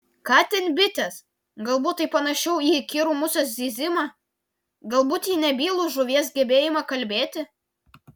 ką ten bitės galbūt tai panašiau į įkyrų musės zyzimą galbūt į nebylų žuvies gebėjimą kalbėti